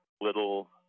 little